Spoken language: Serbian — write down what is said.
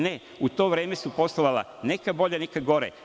Ne, u to vreme su poslovala neka bolje, neka gore.